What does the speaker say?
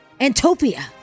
Antopia